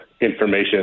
information